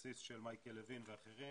הבסיס של מייקל לוין ואחרים,